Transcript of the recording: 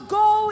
go